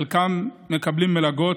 וחלקם מקבלים מלגות.